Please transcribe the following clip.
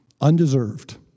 Undeserved